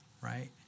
right